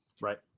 right